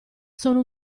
sono